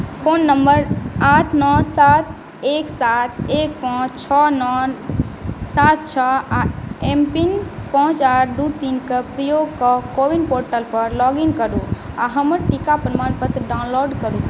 phone number आठ नओ सात एक सात एक पाँच छओ नओ सात छओ आ एम पिन पाँच आठ दू तीनकेँ प्रयोग कऽ कोविन पोर्टलपर लॉग इन करू आ हमर टीका प्रमाण पत्र डाउनलोड करू